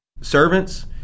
servants